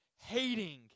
hating